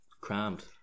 crammed